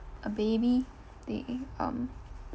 a baby they um